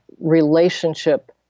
relationship